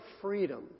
freedom